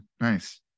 nice